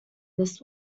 this